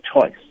choice